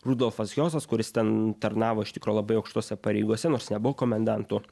rudolfas hiosas kuris ten tarnavo iš tikro labai aukštose pareigose nors nebuvo komendantu